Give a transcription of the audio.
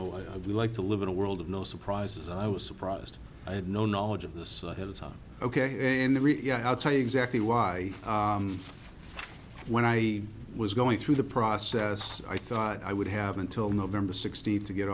would like to live in a world of no surprises i was surprised i had no knowledge of this ok and the really i'll tell you exactly why when i was going through the process i thought i would have until november sixteenth to get